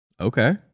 okay